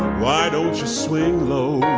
why don't you swing low,